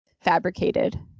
fabricated